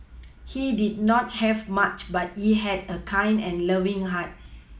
he did not have much but he had a kind and loving heart